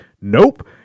Nope